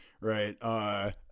Right